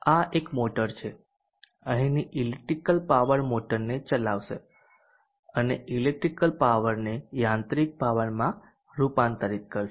આ એક મોટર છે અહીંની ઇલેક્ટ્રિક પાવર મોટરને ચલાવશે અને ઇલેક્ટ્રિક પાવરને યાંત્રિક પાવરમાં રૂપાંતરિત કરશે